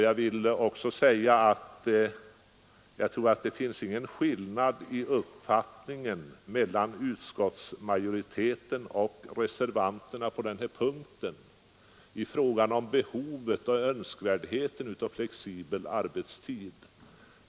Jag vill också säga att jag inte tror att det finns någon skillnad i uppfattning mellan utskottsmajoriteten och reservanterna i fråga om behovet och önskvärdheten av flexibel arbetstid.